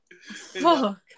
Fuck